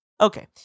Okay